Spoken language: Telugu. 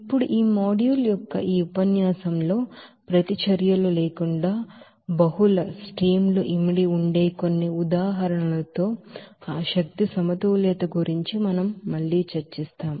ఇప్పుడు ఈ మాడ్యూల్ యొక్క ఈ ఉపన్యాసంలో ప్రతిచర్యలు లేకుండా బహుళ స్ట్రీమ్ లు ఇమిడి ఉండే కొన్ని ఉదాహరణలతో ఆ ఎనర్జీ బాలన్స్ గురించి మనం మళ్లీ చర్చిస్తాం